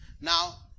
Now